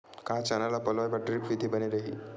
का चना ल पलोय बर ड्रिप विधी बने रही?